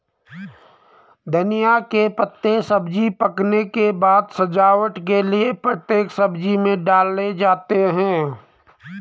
धनिया के पत्ते सब्जी पकने के बाद सजावट के लिए प्रत्येक सब्जी में डाले जाते हैं